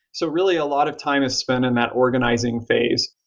so really, a lot of time is spent in that organizing phase.